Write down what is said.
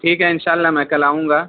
ٹھیک ہے ان شاء اللہ میں کل آؤں گا